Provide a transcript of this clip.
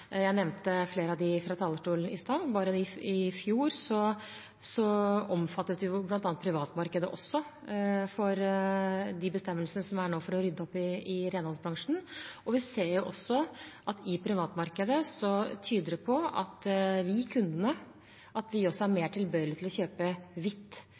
Jeg nevnte flere av disse fra talerstolen i stad. Bare i fjor omfattet bl.a. privatmarkedet også de bestemmelsene som er nå for å rydde opp i renholdsbransjen. Vi ser også at det i privatmarkedet er tegn som tyder på at vi, kundene, er mer tilbøyelige til å kjøpe hvitt nå enn det vi